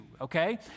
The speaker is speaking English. okay